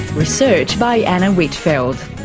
research by anna whitfeld,